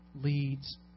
leads